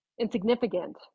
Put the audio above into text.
insignificant